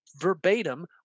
verbatim